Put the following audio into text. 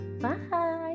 Bye